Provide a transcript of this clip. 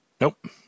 Nope